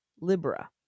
Libra